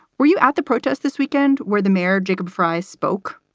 were you at the protest this weekend where the mayor, jacob frys, spoke?